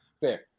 Fair